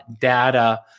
data